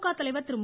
திமுக தலைவர் திரு